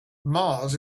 mars